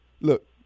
Look